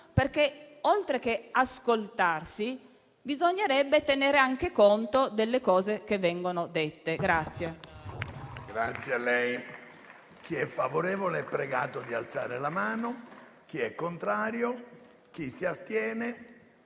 oltre ad ascoltarsi, bisognerebbe tenere anche conto delle cose che vengono dette.